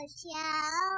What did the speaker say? show